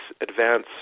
advance